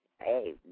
Hey